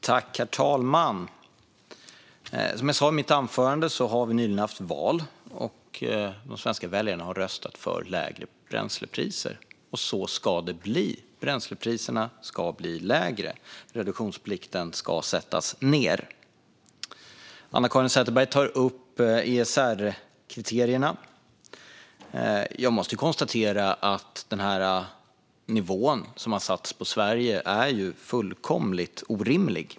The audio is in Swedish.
Herr talman! Som jag sa i mitt anförande har vi nyligen haft val, och de svenska väljarna har röstat för lägre bränslepriser. Så ska det också bli. Bränslepriserna ska bli lägre, och reduktionsplikten ska sättas ned. Anna-Caren Sätherberg tar upp ESR-kriterierna. Jag måste konstatera att den nivå som har satts för Sverige är fullkomligt orimlig.